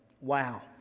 Wow